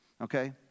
Okay